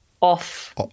off